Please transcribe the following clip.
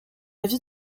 vie